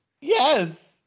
Yes